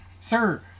sir